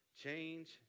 change